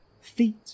feet